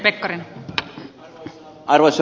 arvoisa puhemies